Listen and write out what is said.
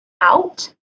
out